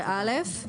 17א,